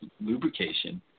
lubrication